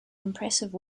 impressive